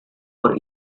for